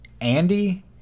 Andy